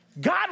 God